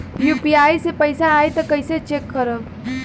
UPI से पैसा आई त कइसे चेक खरब?